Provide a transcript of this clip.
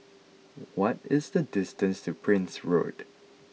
what is the distance to Prince Road